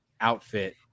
outfit